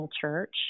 church